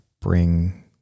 bring